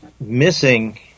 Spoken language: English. missing